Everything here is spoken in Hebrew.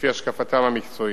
לפי השקפתם המקצועית.